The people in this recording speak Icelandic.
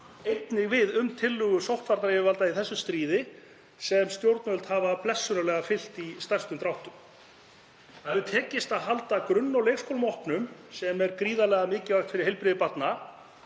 einnig við um tillögur sóttvarnayfirvalda í þessu stríði sem stjórnvöld hafa blessunarlega fylgt í stærstum dráttum. Tekist hefur að halda grunn- og leikskólum opnum sem er gríðarlega mikilvægt fyrir heilbrigði barna,